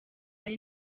ari